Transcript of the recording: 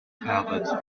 tablets